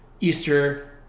Easter